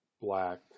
black